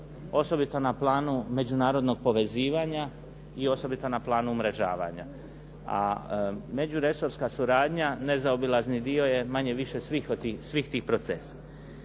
osobito na planu međunarodnog povezivanja i osobito na planu umrežavanja. A međuresorska suradnja, nezaobilazni dio je manje-više svih tih procesa.